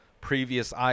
previous